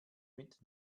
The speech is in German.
mit